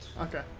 Okay